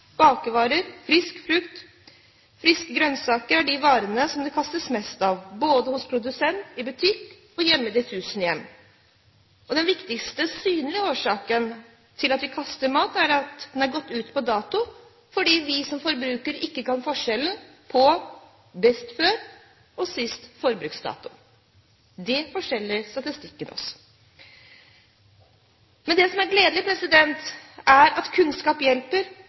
bakevarer, frisk frukt og friske grønnsaker er de varene som det kastes mest av, både hos produsent, i butikk og i de tusen hjem. Den viktigste synlige årsaken til at vi kaster mat, er at den er gått ut på dato, fordi vi som forbrukere ikke kan forskjellen på «best før» og «siste forbruksdato». Dette forteller statistikken oss. Det gledelige er at kunnskap hjelper, og at formidling av kunnskap